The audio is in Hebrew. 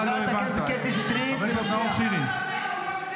חברת הכנסת קטי שטרית ------ הוא לא יודע.